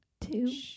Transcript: Two